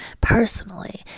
personally